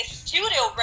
studio